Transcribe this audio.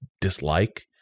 dislike